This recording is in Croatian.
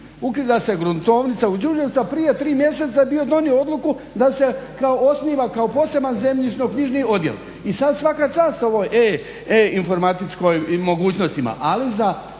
ukida gruntovnica u Đurđevcu a prije tri mjeseca je bio donio odluku da se kao osniva kao poseban zemljišno-knjižni odjel. I sad svaka čast ovoj E-informatičkim mogućnostima ali za